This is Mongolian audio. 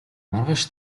маргааш